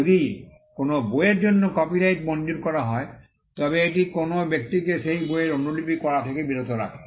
যদি কোনও বইয়ের জন্য কপিরাইট মঞ্জুর করা হয় তবে এটি কোনও ব্যক্তিকে সেই বইয়ের অনুলিপি করা থেকে বিরত রাখে